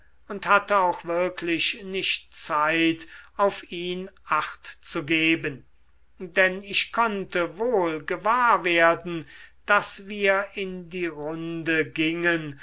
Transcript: und hatte auch wirklich nicht zeit auf ihn acht zu geben denn ich konnte wohl gewahr werden daß wir in die runde gingen